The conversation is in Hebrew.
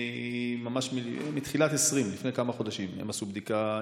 ממש מתחילת 2020. לפני כמה חודשים הם עשו בדיקה.